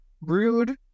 rude